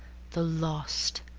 the lost,